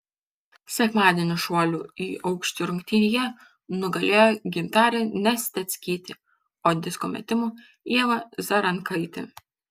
sekmadienį šuolių į aukštį rungtyje nugalėjo gintarė nesteckytė o disko metimo ieva zarankaitė